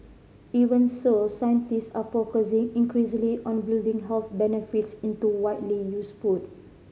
even so scientists are focusing increasingly on building health benefits into widely used food